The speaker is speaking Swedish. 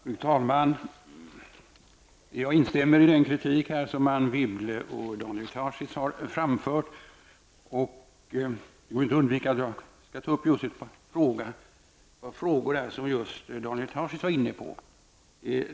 Fru talman! Jag instämmer i den kritik som Anne Wibble och Daniel Tarschys här har framfört. Det går inte att undvika att jag tar upp ett par frågor som Daniel Tarschys var inne på.